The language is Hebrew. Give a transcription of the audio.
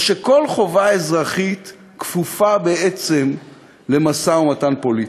או שכל חובה אזרחית כפופה בעצם למשא-ומתן פוליטי?